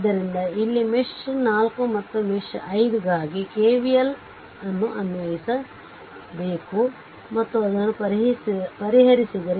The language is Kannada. ಆದ್ದರಿಂದ ಇಲ್ಲಿ ಮೆಶ್ 4 ಮತ್ತು ಮೆಶ್ 5 ಗಾಗಿ ಕೆವಿಎಲ್ KV Lಅನ್ನು ಅನ್ವಯಿಸಿ ಮತ್ತು ಅದನ್ನು ಪರಿಹರಿಸಿ